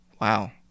Wow